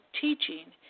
teaching